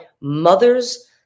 mothers